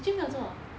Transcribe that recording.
zi jun 没有做